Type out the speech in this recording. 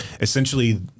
Essentially